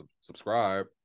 subscribe